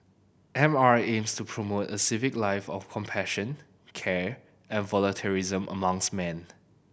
M R aims to promote a civic life of compassion care and volunteerism amongst man